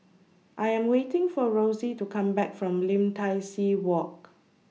I Am waiting For Rossie to Come Back from Lim Tai See Walk